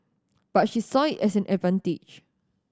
but she saw it as an advantage